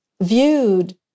viewed